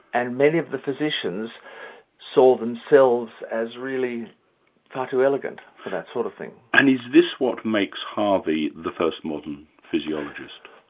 and many of the physicians saw themselves as really far too elegant for that sort of thing. and is this what makes harvey the first modern physiologist?